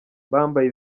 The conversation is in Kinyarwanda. bambaye